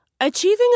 Achieving